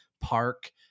park